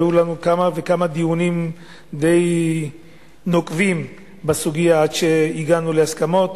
היו לנו כמה וכמה דיונים די נוקבים בסוגיה עד שהגענו להסכמות.